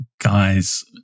guys